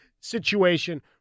situation